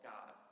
God